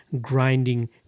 grinding